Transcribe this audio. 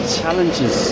challenges